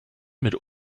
mit